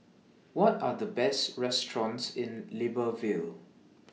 What Are The Best restaurants in Libreville